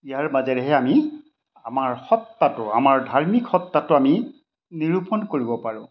ইয়াৰ মাজেৰেহে আমি আমাৰ সত্ত্বাটো আমাৰ ধাৰ্মিক সত্ত্বাটো আমি নিৰূপণ কৰিব পাৰোঁ